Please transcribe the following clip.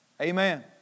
Amen